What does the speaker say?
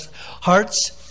hearts